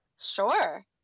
Sure